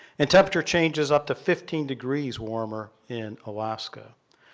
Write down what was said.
and temperature changes up to fifteen degrees warmer in alaska.